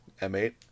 M8